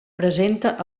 presenta